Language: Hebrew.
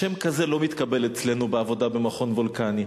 שם כזה לא מתקבל אצלנו בעבודה במכון וולקני,